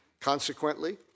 Consequently